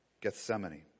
Gethsemane